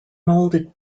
molded